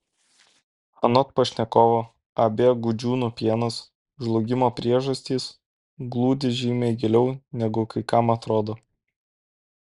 anot pašnekovo ab gudžiūnų pienas žlugimo priežastys glūdi žymiai giliau negu kai kam atrodo